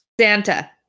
santa